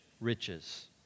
riches